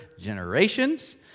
generations